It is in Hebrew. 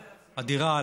אדירה,